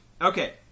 Okay